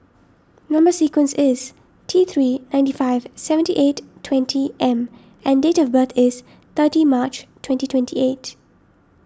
Number Sequence is T three ninety five seventy eight twenty M and date of birth is thirty March twenty twenty eight